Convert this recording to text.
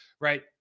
right